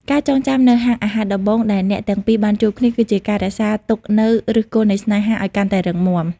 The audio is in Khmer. ការចងចាំនូវហាងអាហារដំបូងដែលអ្នកទាំងពីរបានជួបគ្នា គឺជាការរក្សាទុកនូវឫសគល់នៃស្នេហាឱ្យកាន់តែរឹងមាំ។